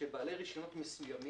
שבעלי רישיונות מסוימים,